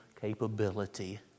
capability